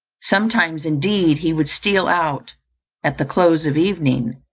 sometimes, indeed, he would steal out at the close of evening,